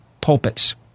pulpits